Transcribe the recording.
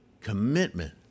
commitment